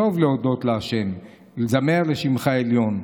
"טוב להדות לה' ולזמר לשמך עליון".